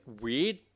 weird